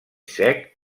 sec